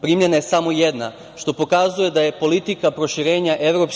primljena je samo jedna, što pokazuje da je politika proširenja EU